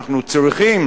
אנחנו צריכים